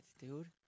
dude